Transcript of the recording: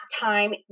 time